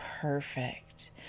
perfect